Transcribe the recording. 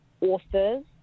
authors